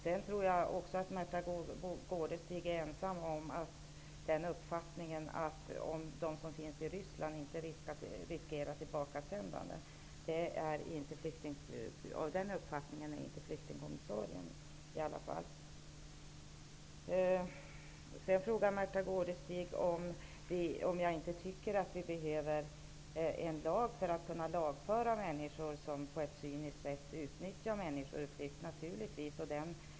Jag tror att Märtha Gårdestig är ensam om uppfattningen att de som kommer från Ryssland inte riskerar att bli tillbakasända. Den uppfattningen har i varje fall inte flyktingkommissarien. Märtha Gårdestig frågar vidare om jag inte tycker att vi behöver en lag för att kunna lagföra människor som på ett cyniskt sätt utnyttjar människor. Naturligtvis!